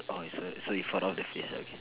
orh so so you fought off the face okay